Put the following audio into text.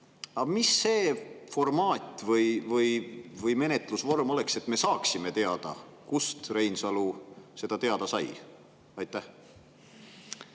mis see formaat või menetlusvorm oleks, mida kasutades me saaksime teada, kust Reinsalu seda teada sai? Aitäh